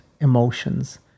emotions